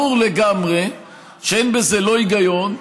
ברור לגמרי שאין בזה היגיון,